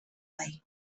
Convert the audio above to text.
bai